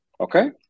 Okay